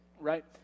right